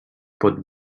pot